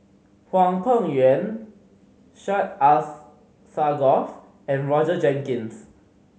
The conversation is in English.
Hwang Peng Yuan Syed Alsagoff and Roger Jenkins